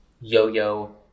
yo-yo